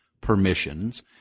permissions –